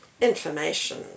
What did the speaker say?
information